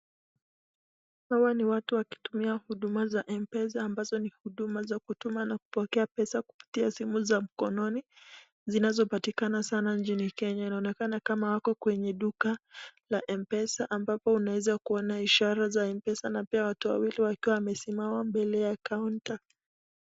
Hawa ni watu wakitumia huduma za M-PESA ambazo ni huduma za kutuma na kupokea pesa kupitia simu za mkononi zinazopatikana sana nchini Kenya. Inaonekana kama wako kwenye duka la M-PESA ambapo unaeza kuona ishara za M-PESA na pia watu wawili wakiwa wamesimama mbele ya kaunta.